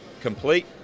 complete